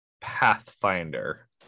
Pathfinder